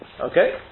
Okay